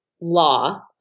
law